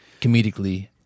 comedically